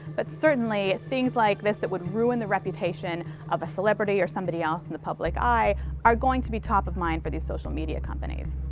but certainly things like this that would ruin the reputation of a celebrity or somebody else in the public eye are going to be top of mind for these social media companies.